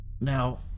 Now